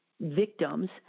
victims